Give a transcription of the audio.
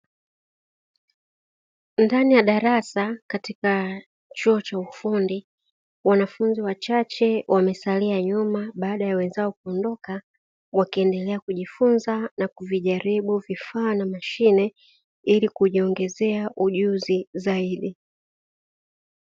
Ndani ya darasa katika chuo cha ufundi, wanafunzi wachache wamesalia nyuma baada ya wenzao kuondoka, wakiendelea kujifunza na kuvijaribu vifaa na mashine ili kujiongezea ujuzi zaidi.